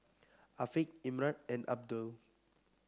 Afiq Imran and Abdul